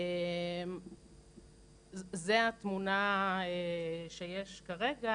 זאת התמונה שיש כרגע.